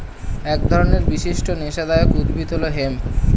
এক ধরনের বিশিষ্ট নেশাদায়ক উদ্ভিদ হল হেম্প